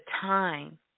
time